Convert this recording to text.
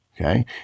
okay